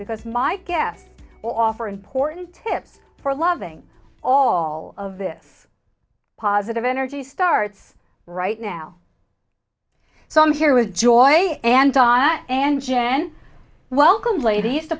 because my guess offer important tips for loving all of this positive energy starts right now so i'm here with joy and don and jan welcome ladies the